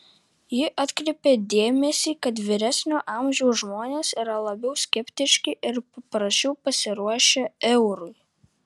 ji atkreipė dėmesį kad vyresnio amžiaus žmonės yra labiau skeptiški ir prasčiau pasiruošę eurui